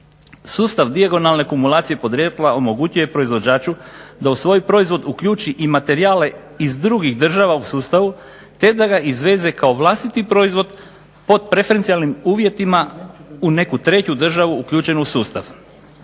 Sustav dijagonalne kumulacije podrijetla omogućuje proizvođaču da u svoj proizvod uključi i materijale iz drugih država u sustavu, te da ga izveze kao vlastiti proizvod pod …/Ne razumije se./… uvjetima u neku treću državu uključenu u sustav.